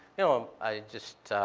you know, i just.